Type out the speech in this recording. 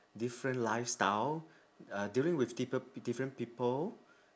different lifestyle uh dealing with people different people